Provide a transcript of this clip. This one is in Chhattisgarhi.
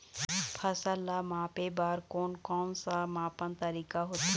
फसल ला मापे बार कोन कौन सा मापन तरीका होथे?